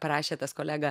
parašė tas kolega